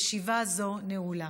הרווחה והבריאות.